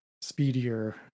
speedier